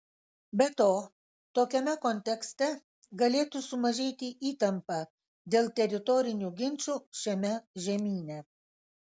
be to tokiame kontekste galėtų sumažėti įtampa dėl teritorinių ginčų šiame žemyne